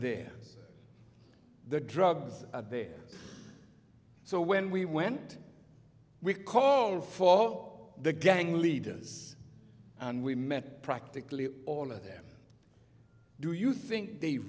there the drugs are there so when we went we called for the gang leaders and we met practically all of them do you think they